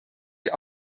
wir